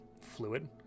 fluid